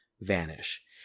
vanish